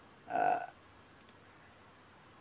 uh